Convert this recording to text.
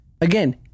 again